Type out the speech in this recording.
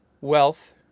wealth